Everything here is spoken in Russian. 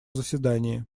заседании